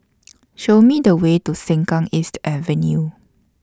Show Me The Way to Sengkang East Avenue